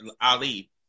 Ali